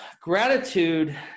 gratitude